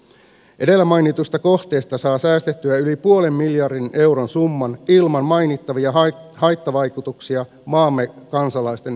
edellä mainituista kohteista saa säästettyä yli puolen miljardin euron summan ilman mainittavia haittavaikutuksia maamme kansalaisten hyvinvointiin